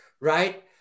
Right